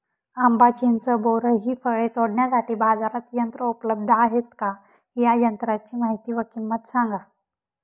आंबा, चिंच, बोर हि फळे तोडण्यासाठी बाजारात यंत्र उपलब्ध आहेत का? या यंत्रांची माहिती व किंमत सांगा?